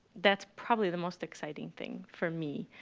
that's probably the most exciting thing for me.